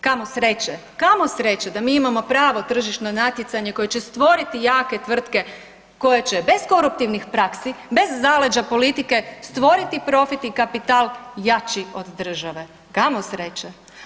Kamo sreće, kamo sreće da mi imamo pravo tržišno natjecanje koje će stvoriti jake tvrtke koje će bez koruptivnih praksi, bez zaleđa politike stvoriti protiv i kapital jači od države, kamo sreće.